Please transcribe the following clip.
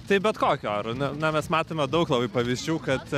taip bet kokiu oru na na mes matome daug labai pavyzdžių kad